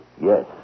yes